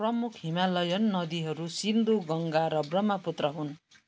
प्रमुख हिमालयन नदीहरू सिन्धु गङ्गा र ब्रह्मपुत्र हुन्